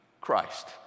Christ